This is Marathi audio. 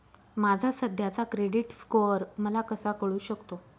माझा सध्याचा क्रेडिट स्कोअर मला कसा कळू शकतो?